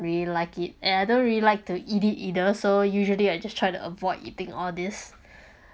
really like it and I don't really like to eat it either so usually I just try to avoid eating all these